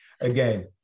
again